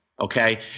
okay